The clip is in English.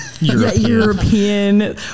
European